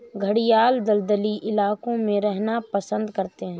घड़ियाल दलदली इलाकों में रहना पसंद करते हैं